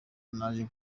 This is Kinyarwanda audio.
naje